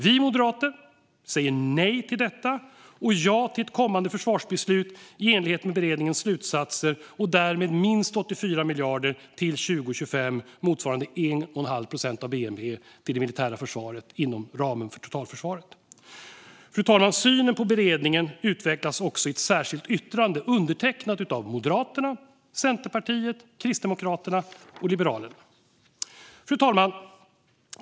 Vi moderater säger nej till detta och ja till ett kommande försvarsbeslut i enlighet med beredningens slutsatser och därmed minst 84 miljarder till 2025, motsvarande 1,5 procent av bnp till det militära försvaret inom ramen för totalförsvaret. Fru talman! Synen på beredningen utvecklas också i ett särskilt yttrande undertecknat av Moderaterna, Centerpartiet, Kristdemokraterna och Liberalerna. Fru talman!